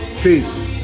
Peace